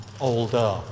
older